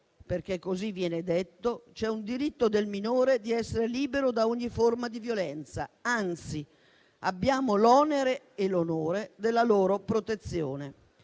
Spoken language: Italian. perché così viene detto - esiste il diritto del minore di essere libero da ogni forma di violenza; anzi, abbiamo l'onere e l'onore della loro protezione.